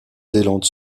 zélande